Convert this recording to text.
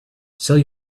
sell